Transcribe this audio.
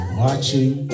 watching